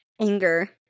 anger